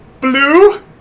blue